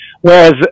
Whereas